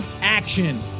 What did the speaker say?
action